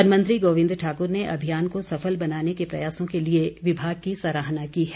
वनमंत्री गोविंद ठाकुर ने अभियान को सफल बनाने के प्रयासों के लिए विभाग की सराहना की है